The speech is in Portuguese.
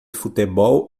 futebol